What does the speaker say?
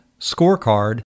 scorecard